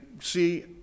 see